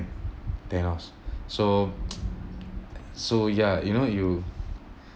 thanos so so ya you know you